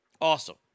Awesome